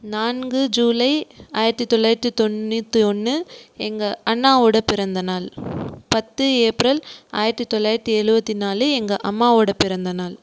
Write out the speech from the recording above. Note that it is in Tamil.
நான்கு ஜூலை ஆயிரத்தி தொள்ளாயிரத்தி தொண்ணூற்றி ஒன்று எங்கள் அண்ணா ஓட பிறந்த நாள் பத்து ஏப்ரல் ஆயிரத்தி தொள்ளாயிரத்தி எழுபத்தி நாலு எங்கள் அம்மா ஓட பிறந்த நாள்